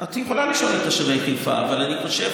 את יכולה לשאול את תושבי חיפה, אבל אני חושב